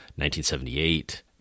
1978